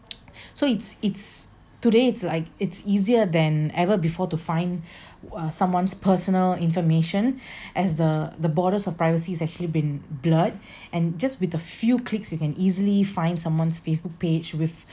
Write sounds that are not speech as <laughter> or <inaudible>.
<breath> so it's it's today it's like it's easier than ever before to find <breath> wha~ someone's personal information <breath> as the the borders of privacy is actually been blurred <breath> and just with a few clicks you can easily find someone's facebook page with